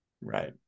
Right